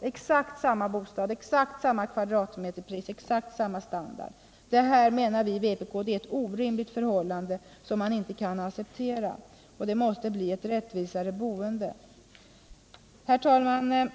exakt samma bostad, med exakt samma kvadratmeteryta och exakt samma standard. Detta menar vi i vpk är ett orimligt förhållande, som man inte kan acceptera. Det måste bli ett rättvisare boende. Herr talman!